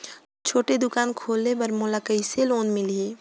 छोटे दुकान खोले बर मोला कइसे लोन मिलही?